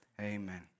Amen